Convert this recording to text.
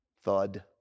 Thud